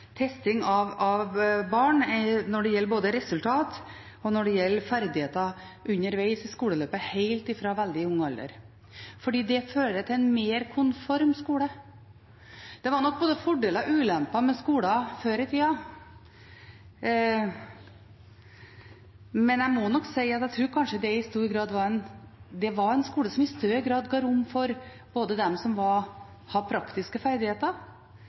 testing og testing av barn når det gjelder både resultat og ferdigheter underveis i skoleløpet, helt fra veldig ung alder. Det fører til en mer konform skole. Det var nok både fordeler og ulemper med skolen før i tida, men jeg må si at jeg tror at det var en skole som i større grad ga rom for dem som hadde praktiske ferdigheter,